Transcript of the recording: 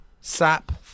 sap